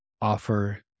offer